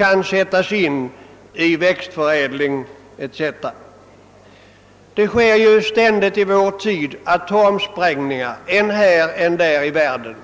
kan sättas in på växtförädlingens problem. I vår tid sker ju ständigt atomsprängningar än här och än där ute i världen.